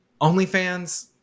OnlyFans